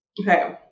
okay